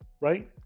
right